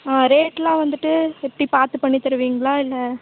ஆ ரேட்டெலாம் வந்துட்டு எப்படி பார்த்து பண்ணித்தருவீங்களா இல்லை